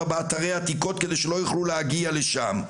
ובאתרי עתיקות כדי שלא יוכלו להגיע לשם.